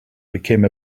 became